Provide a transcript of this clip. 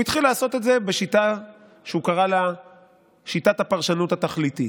הוא התחיל לעשות את זה בשיטה שהוא קרא לה שיטת הפרשנות התכליתית: